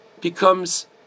becomes